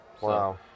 Wow